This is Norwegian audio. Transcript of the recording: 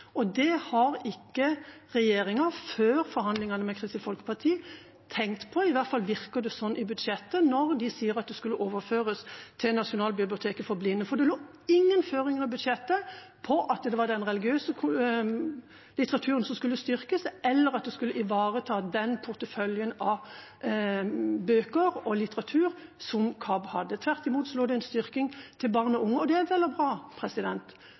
kan. Det har ikke regjeringa, før forhandlingen med Kristelig Folkeparti, tenkt på – i hvert fall virker det slik i budsjettet når de sier at det skal overføres til nasjonalbiblioteket for blinde. For det lå ingen føringer i budsjettet på at det var den religiøse litteraturen som skulle styrkes, eller at en skulle ivareta den porteføljen av bøker og litteratur som KABB hadde. Tvert imot var det en styrking til barn og unge – og det er vel og bra